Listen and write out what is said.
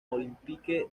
olympique